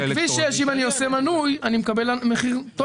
כפי שאם אני עושה מנוי בכביש 6 אני מקבל מחיר טוב